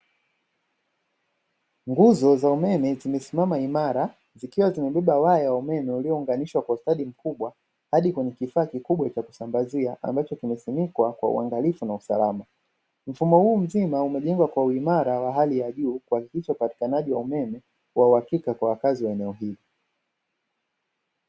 Nguzo za umeme zimesimama imara, zikiwa zimebeba waya wa umeme uliyounganishwa kwa ustadi mkubwa, hadi kwenye kifaa kikubwa cha kusambazia, ambacho kimesimikwa kwa uangalifu na usalama. Mfumo huu mzima umejengwa kwa uimara wa hali ya juu, kuhakikisha upatikanaji wa umeme wa uhakika kwa wakazi wa eneo hilo.